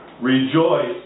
Rejoice